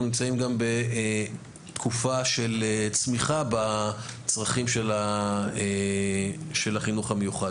נמצאים בתקופה של צמיחה בצרכים של החינוך המיוחד.